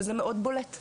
וזה מאוד בולט,